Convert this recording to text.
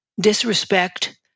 disrespect